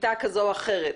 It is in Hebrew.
שביתה כזו או אחרת,